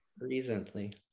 Recently